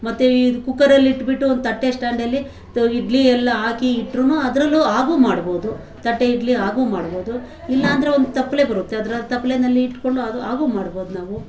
ಮತ್ತು ಈ ಕುಕ್ಕರಲ್ಲಿ ಇಟ್ಬಿಟ್ಟು ಒಂದು ತಟ್ಟೆ ಸ್ಟ್ಯಾಂಡಲ್ಲಿ ತ ಇಡ್ಲಿ ಎಲ್ಲ ಹಾಕಿ ಇಟ್ರು ಅದರಲ್ಲು ಹಾಗು ಮಾಡ್ಬೋದು ತಟ್ಟೆ ಇಡ್ಲಿ ಹಾಗು ಮಾಡ್ಬೋದು ಇಲ್ಲ ಅಂದರೆ ಒಂದು ತಪ್ಪಲೆ ಬರುತ್ತೆ ಅದ್ರಲ್ಲಿ ತಪ್ಲೆಯಲ್ಲಿ ಇಟ್ಕೊಂಡು ಅದು ಹಾಗು ಮಾಡ್ಬೋದು ನಾವು